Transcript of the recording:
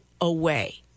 away